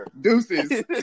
Deuces